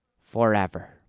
forever